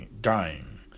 dying